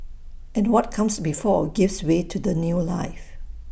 and what comes before gives way to that new life